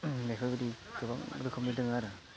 बेफोरबायदि गोबां रोखोमनि दोङो आरो